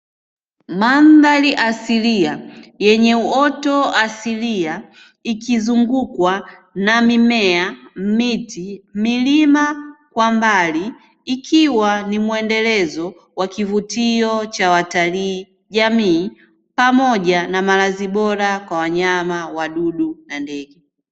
Mandhari asilia yenye uoto wa asilia ikizungukwa na: mimea, miti, milima kwa mbali; ikiwa ni mwendelezo wa kivutio cha watalii, jamii; pamoja na malazi bora kwa: wanyama, wadudu na ndege.